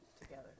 together